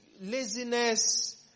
laziness